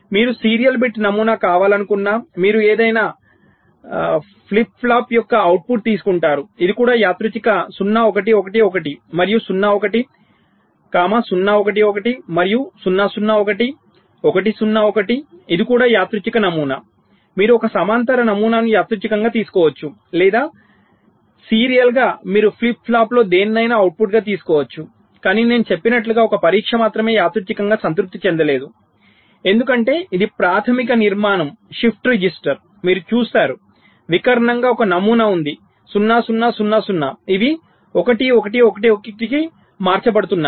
మీకు serial bit నమూనా కావాలనుకున్నా మీరు ఏదైనా ఫ్లిప్ ఫ్లాప్ యొక్క అవుట్పుట్ తీసుకుంటారు ఇది కూడా యాదృచ్ఛిక 0 1 1 1 మరియు 0 1 0 1 1 మరియు 0 0 1 1 0 1 ఇది కూడా యాదృచ్ఛిక నమూనా మీరు ఒక సమాంతర నమూనాను యాదృచ్ఛికంగా తీసుకోవచ్చు లేదా సీరియల్గా మీరు ఫ్లిప్ ఫ్లాప్లో దేనినైనా అవుట్పుట్ తీసుకోవచ్చు కాని నేను చెప్పినట్లుగా ఒక పరీక్ష మాత్రమే యాదృచ్ఛికంగా సంతృప్తి చెందలేదు ఎందుకంటే ఇది ప్రాథమిక నిర్మాణం షిఫ్ట్ రిజిస్టర్ మీరు చూస్తారు వికర్ణంగా ఒక నమూనా ఉంది 0 0 0 0 ఇవి 1 1 1 1 కి మార్చబడుతున్నాయి